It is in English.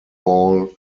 ball